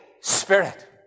Spirit